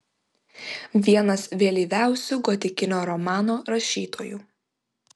vienas vėlyviausių gotikinio romano rašytojų